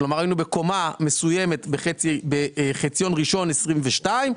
כלומר היינו בקומה מסוימת בחציון ראשון 22'